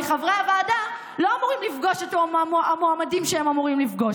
כי חברי הוועדה לא אמורים לפגוש את המועמדים שהם אמורים לפגוש.